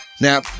Now